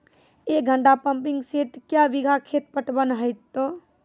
एक घंटा pumping set क्या बीघा खेत पटवन है तो?